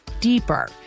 deeper